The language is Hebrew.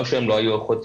לא שהן לא היו איכותיות,